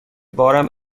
بارم